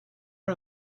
are